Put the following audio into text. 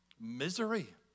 misery